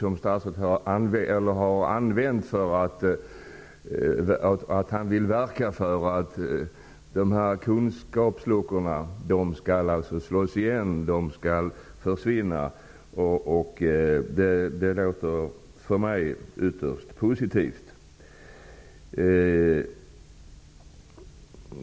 Att statsrådet lägger tyngd i uttalandet att han vill verka för att kunskapsluckorna skall försvinna låter för mig ytterst positivt.